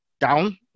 down